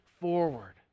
forward